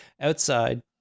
Outside